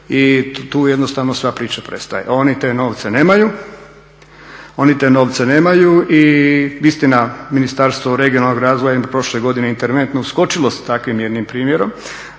I tu jednostavno sva priča prestaje. Oni te novce nemaju i istina Ministarstvo regionalnog razvoja im je prošle godine interventno uskočilo sa takvim jednim primjerom.